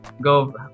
go